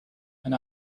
and